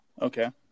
Okay